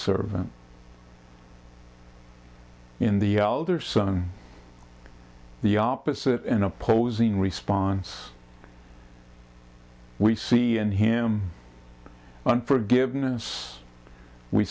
servant in the older son of the opposite in opposing response we see in him and forgiveness we